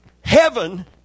heaven